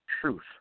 truth